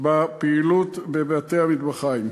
על הפעילות בבתי-המטבחיים.